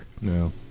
No